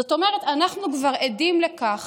זאת אומרת, אנחנו כבר עדים לכך